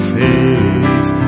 faith